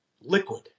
liquid